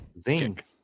zinc